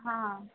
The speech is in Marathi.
हां हां